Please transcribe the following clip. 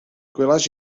gwelais